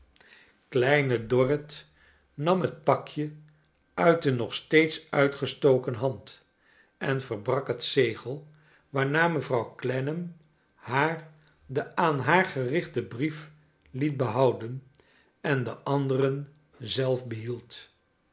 kleine dorrit nam het pakje uit de nog steeds uitgestoken hand en verbrak het zegel waarna mevrouw clennam haar den aan haar gerichten brief liet behouden en den anderen